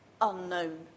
unknown